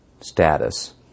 status